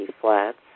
Flats